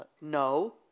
No